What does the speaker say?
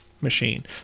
machine